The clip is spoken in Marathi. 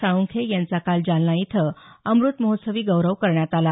साळुंखे यांचा काल जालना इथं अमृतमहोत्सवी गौरव करण्यात आला